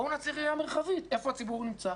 בואו נייצר ראייה מרחבית, איפה הציבור נמצא,